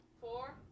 Four